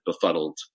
befuddled